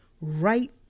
right